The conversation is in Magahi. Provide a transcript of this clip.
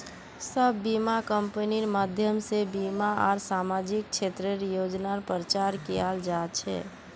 सब बीमा कम्पनिर माध्यम से बीमा आर सामाजिक क्षेत्रेर योजनार प्रचार कियाल जा छे